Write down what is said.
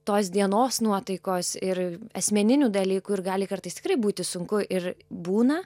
tos dienos nuotaikos ir asmeninių dalykų ir gali kartais tikrai būti sunku ir būna